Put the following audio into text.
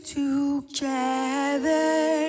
together